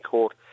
Court